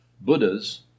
buddhas